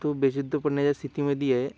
तो बेशुद्ध पडण्याच्या स्थितीमध्ये आहे